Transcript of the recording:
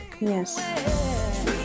Yes